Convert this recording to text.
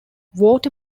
water